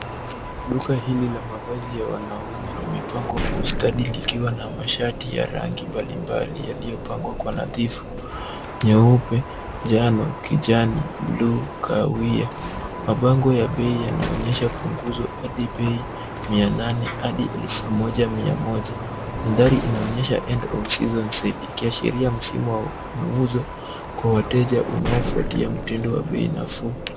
Duka hili la mavazi ya wanaume limepangwa kwa ustadi likiwa na mashati ya rangi mbalimbali yaliyopangwa kwa nadhifu nyeupe, njano, kijani, bluu, kahawia. Mabango ya bei yanaonyesha punguzo hadi bei mia nane hadi elfu moja mia moja. Mandhari inaonyesha end of season sale ikiashiria msimu wa muuzo kwa wateja unaofuatia mtindo wa bei nafuu.